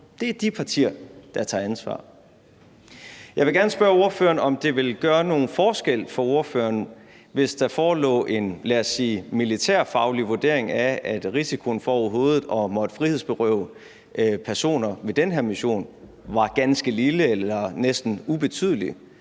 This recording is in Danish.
Det er de partier, der tager ansvar. Jeg vil gerne spørge ordføreren, om det ville gøre nogen forskel for ordføreren, hvis der forelå en, lad os sige militærfaglig vurdering af, at risikoen for overhovedet at måtte frihedsberøve personer ved den her mission var ganske lille eller næsten ubetydelig.